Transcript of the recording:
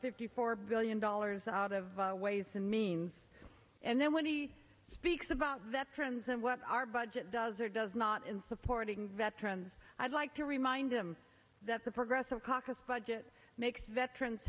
fifty four billion dollars out of ways and means and then when he speaks about that terms and what our budget does or does not in supporting veterans i'd like to remind them that the progressive caucus budget makes veterans